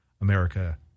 America